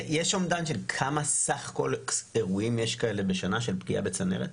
יש אומדן של כמה סך כל אירועים יש כאלה בשנה של פגיעה בצנרת?